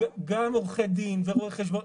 גם עורכי דין ורואי חשבון,